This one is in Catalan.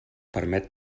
permet